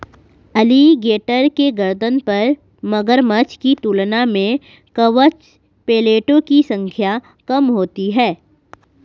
alligator के गर्दन पर मगरमच्छ की तुलना में कवच प्लेटो की संख्या कम होती है